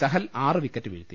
ചഹൽ ആറ് വിക്കറ്റ് വീഴ്ത്തി